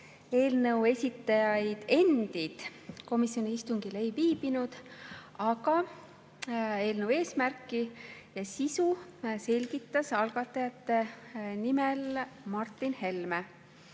Eelnõu esitajaid endid komisjoni istungil ei viibinud. Eelnõu eesmärki ja sisu selgitas algatajate nimel Martin Helme.